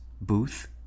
Booth